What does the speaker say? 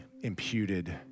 imputed